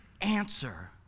answer